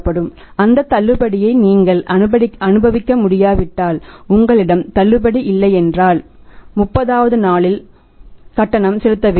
ஆனால் அந்த தள்ளுபடியை நீங்கள் அனுபவிக்க முடியாவிட்டால் உங்களிடம் தள்ளுபடி இல்லையென்றால் 30 வது நாளில் கட்டணம் செலுத்த வேண்டும்